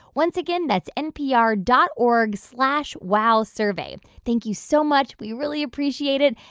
once again, that's npr dot org slash wowsurvey. thank you so much. we really appreciate it.